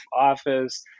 office